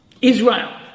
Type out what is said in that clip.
Israel